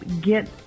get